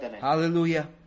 Hallelujah